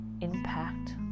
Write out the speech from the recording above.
impact